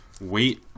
wait